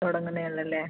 തുടങ്ങുന്നതേ ഉള്ളു അല്ലേ